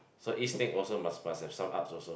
so eat snake also must must have some art also